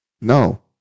No